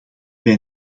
wij